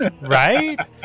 Right